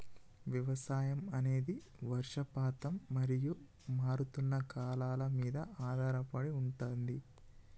వ్యవసాయం అనేది వర్షపాతం మరియు మారుతున్న కాలాల మీద ఆధారపడి ఉంటది